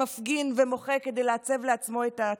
מפגין ומוחה כדי לעצב לעצמו את העתיד.